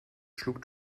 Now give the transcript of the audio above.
schlug